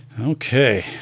Okay